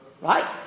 right